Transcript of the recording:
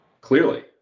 Clearly